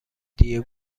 دیه